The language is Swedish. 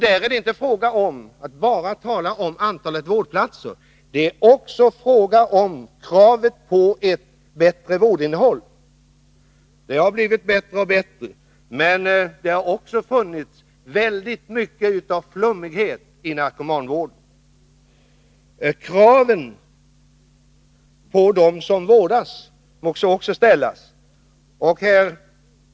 Där är det inte bara fråga om antalet vårdplatser, utan det är också fråga om ett bättre vårdinnehåll. Detta har blivit bättre och bättre, men det har också funnits väldigt mycket av flummighet i narkomanvården. Det måste ställas krav också på dem som vårdas.